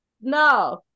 No